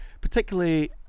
particularly